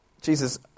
Jesus